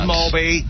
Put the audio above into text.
Moby